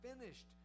finished